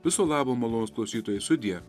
viso labo malonūs klausytojai sudie